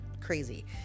crazy